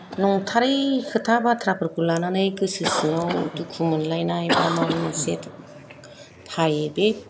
नंथारै खोथा बाथ्राफोरखौ लानानै गोसो सिङाव दुखु मोनलायनाय बा माबा मोनसे थायो बे